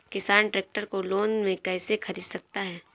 किसान ट्रैक्टर को लोन में कैसे ख़रीद सकता है?